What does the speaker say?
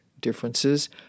differences